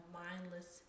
mindless